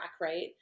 right